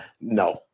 No